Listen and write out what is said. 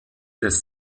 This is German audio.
des